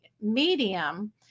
medium